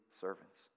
servants